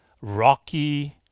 rocky